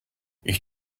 ich